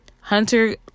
hunter